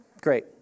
Great